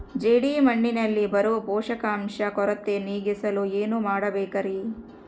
ಜೇಡಿಮಣ್ಣಿನಲ್ಲಿ ಬರೋ ಪೋಷಕಾಂಶ ಕೊರತೆ ನೇಗಿಸಲು ಏನು ಮಾಡಬೇಕರಿ?